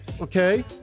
Okay